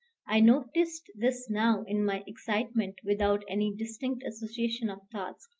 i noticed this now in my excitement without any distinct association of thoughts,